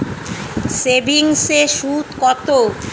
সেভিংসে সুদ কত?